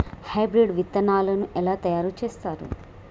Hybrid విత్తనాలను ఎలా తయారు చేస్తారు?